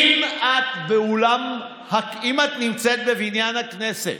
אם את נמצאת בבניין הכנסת,